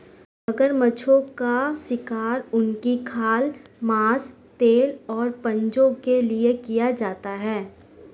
मगरमच्छों का शिकार उनकी खाल, मांस, तेल और पंजों के लिए किया जाता है